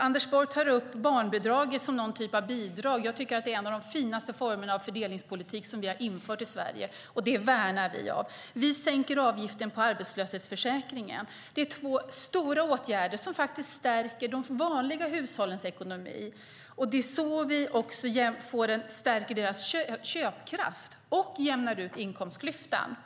Anders Borg tar upp barnbidraget som någon typ av bidrag. Jag tycker att det är en av de finaste former av fördelningspolitik som vi har infört i Sverige, och det värnar vi om. Vi vill sänka avgiften på arbetslöshetsförsäkringen. Det är två stora åtgärder som stärker de vanliga hushållens ekonomi. Det stärker också deras köpkraft och jämnar ut inkomstklyftan.